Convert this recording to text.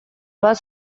bat